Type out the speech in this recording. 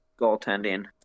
goaltending